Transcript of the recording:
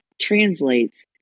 translates